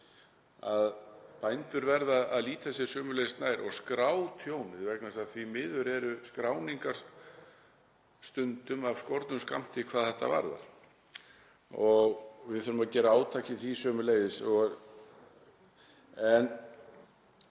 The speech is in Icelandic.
að bændur verða að líta sér sömuleiðis nær og skrá tjónið vegna þess að því miður eru skráningar stundum af skornum skammti hvað þetta varðar og við þurfum að gera átak í því sömuleiðis. Það er